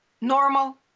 normal